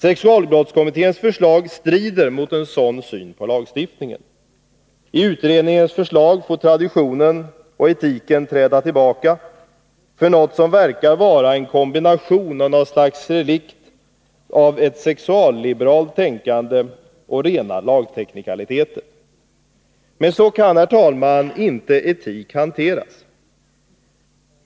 Sexualbrottskommitténs förslag strider mot en sådan syn på lagstiftningen. I utredningens förslag får traditionen och etiken träda tillbaka för något som verkar vara en kombination av något slags relikt av ett sexualliberalt tänkande och rena lagteknikaliteter. Men så kan, herr talman, inte etik hanteras.